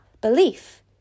belief